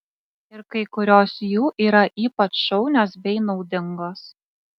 ir kai kurios jų yra ypač šaunios bei naudingos